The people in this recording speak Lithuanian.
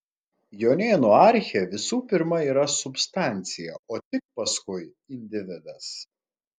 jonėnų archė visų pirma yra substancija o tik paskui individas